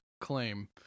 claim